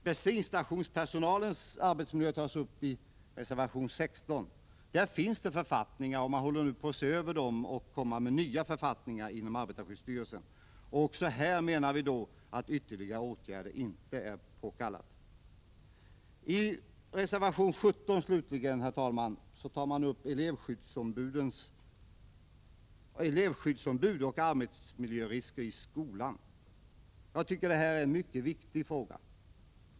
Bensinstationspersonalens arbetsmiljö tas upp i reservation 16. På det området finns det noggranna anvisningar. Man håller nu på att se över dem inom arbetarskyddsstyrelsen för att kunna utfärda nya anvisningar. Även här menar vi att ytterligare åtgärder inte är påkallade. Reservation 17 slutligen, herr talman, gäller elevskyddsombud och arbetsmiljörisker i skolan. Jag tycker att detta är en mycket viktig fråga.